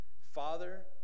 father